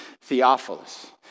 Theophilus